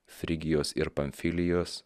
frygijos ir panfilijos